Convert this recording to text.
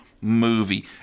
movie